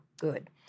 good